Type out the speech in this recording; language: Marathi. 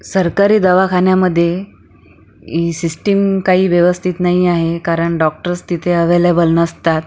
सरकारी दवाखान्यामध्ये ही सिस्टीम काही व्यवस्थित नाही आहे कारण डॉक्टर्स तिथे अव्हेलेबल नसतात